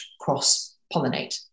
cross-pollinate